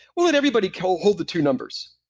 we'll let everybody kind of hold the two numbers.